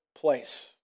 place